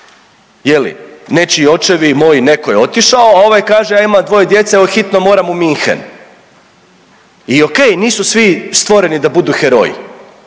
je li. Nečiji očevi, moj i neko je otišao, a ovaj kaže, a ima dvoje djece, al hitno moram u Minhen i okej nisu svi stvoreni da budu heroji,